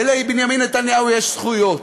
ולבנימין נתניהו יש זכויות.